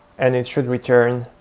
and it should return